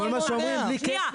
לא, קטי, כל מה שאומרים זה בלי כפל.